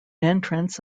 entrance